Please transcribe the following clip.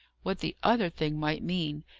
what the other thing might mean,